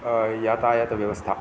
यतायतव्यवस्था